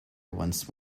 once